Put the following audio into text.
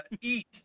eat